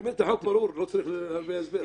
האמת היא שהחוק ברור, לא צריך הרבה הסבר.